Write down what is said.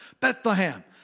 Bethlehem